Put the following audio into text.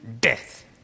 death